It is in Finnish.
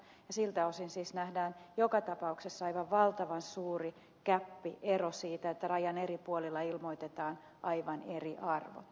siltä osin siis nähdään joka tapauksessa aivan valtavan suuri gäppi ero siinä että rajan eri puolilla ilmoitetaan aivan eri arvot